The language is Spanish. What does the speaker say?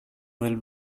del